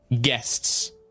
guests